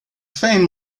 fame